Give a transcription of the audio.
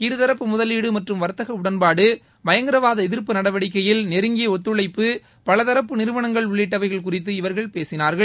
இருதரப்பு முதலீடு மற்றும் வர்த்தக உடன்பாடு பயங்கரவாத எதிர்ப்பு நடவடிக்கையில் நெருங்கிய ஒத்துழைப்பு பலதரப்பு நிறுவனங்கள் உள்ளிட்டவைகள் குறித்து இவர்கள் பேசினார்கள்